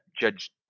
Judge